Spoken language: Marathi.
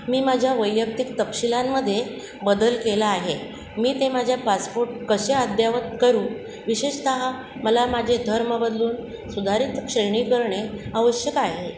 मी माझ्या वैयक्तिक तपशीलांमध्ये बदल केला आहे मी ते माझ्या पासपोर्ट कसे अद्ययावत करू विशेषतः मला माझे धर्म बदलून सुधारित श्रेणी करणे आवश्यक आहे